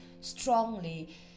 strongly